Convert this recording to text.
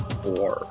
four